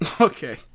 Okay